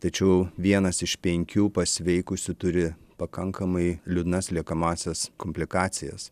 tačiau vienas iš penkių pasveikusių turi pakankamai liūdnas liekamąsias komplikacijas